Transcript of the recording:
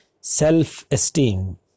self-esteem